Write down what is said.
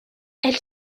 elle